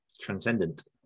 Transcendent